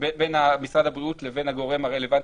משרד הבריאות לבין הגורם הרלוונטי,